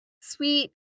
sweet